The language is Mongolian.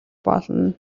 болно